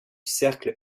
cercle